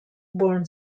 born